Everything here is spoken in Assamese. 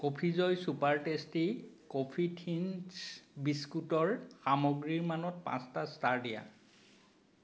coffee joy super tasty coffee থিন্ছ বিস্কুটৰ সামগ্ৰীৰ মানত পাঁচটা ষ্টাৰ দিয়া